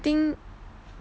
ding